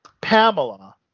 Pamela